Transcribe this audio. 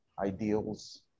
ideals